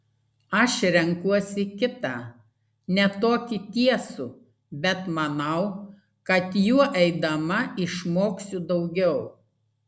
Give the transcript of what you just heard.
aš renkuosi kitą ne tokį tiesų bet manau kad juo eidama išmoksiu daugiau